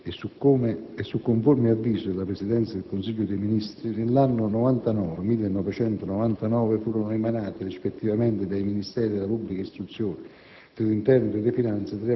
legge n. 23, e su conforme avviso della Presidenza del Consiglio dei ministri, nell'anno 1999 furono emanate, rispettivamente dai Ministeri della pubblica istruzione,